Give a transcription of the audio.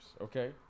Okay